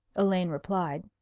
elaine replied.